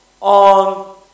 On